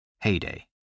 Heyday